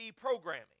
programming